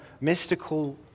mystical